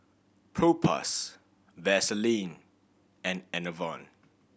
Propass Vaselin and Enervon